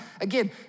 Again